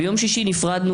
האם נכון משהו שלא אמרתי?